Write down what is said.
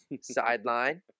sideline